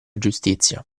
giustizia